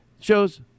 shows